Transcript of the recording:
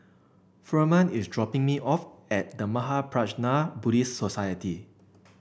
Firman is dropping me off at The Mahaprajna Buddhist Society